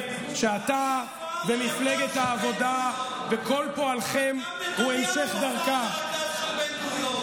אתה עוד לא בגודל של בן-גוריון.